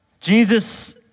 Jesus